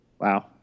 Wow